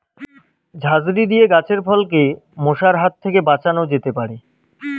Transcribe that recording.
ঝাঁঝরি দিয়ে গাছের ফলকে মশার হাত থেকে বাঁচানো যেতে পারে?